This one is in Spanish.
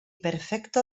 perfecto